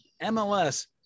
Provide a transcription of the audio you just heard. MLS